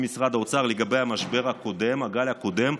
סדורה, ממשרד האוצר לגבי המשבר הקודם, הגל הקודם,